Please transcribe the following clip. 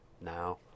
now